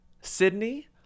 Sydney